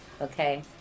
okay